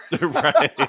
Right